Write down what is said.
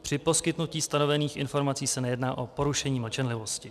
Při poskytnutí stanovených informací se nejedná o porušení mlčenlivosti.